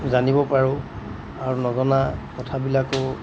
জানিব পাৰোঁ আৰু নজনা কথাবিলাকো